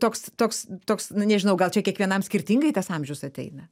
toks toks toks nu nežinau gal čia kiekvienam skirtingai tas amžius ateina